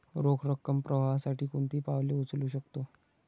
रोख रकम प्रवाहासाठी कोणती पावले उचलू शकतो?